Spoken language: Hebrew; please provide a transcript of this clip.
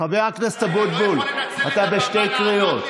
חבר הכנסת אבוטבול, אתה בשתי קריאות.